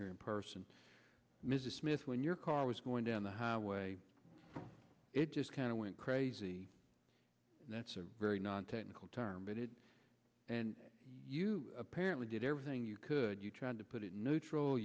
here in person mr smith when your car was going down the highway it just kind of went crazy that's a very non technical term but it and you apparently did everything you could you tried to put it